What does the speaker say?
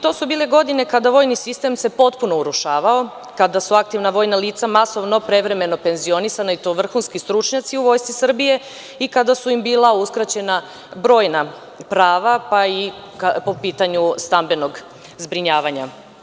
To su bile godine kada se vojni sistem potpuno urušavao, kada su aktivna vojna lica masovno prevremeno penzionisana i to vrhunski stručnjaci u Vojsci Srbije i kada su im bila uskraćena brojna prava pa i po pitanju stambenog zbrinjavanja.